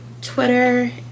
Twitter